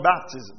baptism